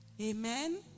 Amen